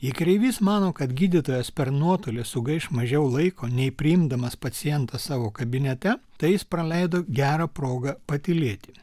jei kreivys mano kad gydytojas per nuotolį sugaiš mažiau laiko nei priimdamas pacientą savo kabinete tai jis praleido gerą progą patylėti